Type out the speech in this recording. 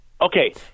Okay